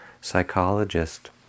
psychologist